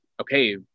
okay